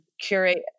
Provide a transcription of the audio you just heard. curate